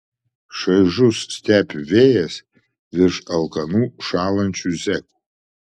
šaižus stepių vėjas virš alkanų šąlančių zekų